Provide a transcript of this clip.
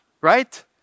right